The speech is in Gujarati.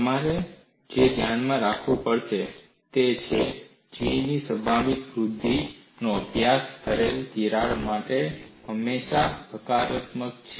તમારે જે ધ્યાનમાં રાખવું પડશે તે એ છે કે G તેની સંભવિત વૃદ્ધિ માટે અભ્યાસ કરેલા તિરાડ માટે હંમેશા હકારાત્મક છે